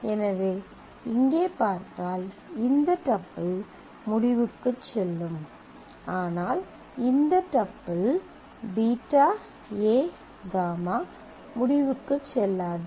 எனவே இங்கே பார்த்தால் இந்த டப்பிள் முடிவுக்குச் செல்லும் ஆனால் இந்த டப்பிள் β a γ முடிவுக்குச் செல்லாது